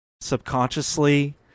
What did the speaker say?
subconsciously